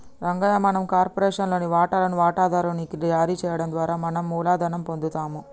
రంగయ్య మనం కార్పొరేషన్ లోని వాటాలను వాటాదారు నికి జారీ చేయడం ద్వారా మనం మూలధనం పొందుతాము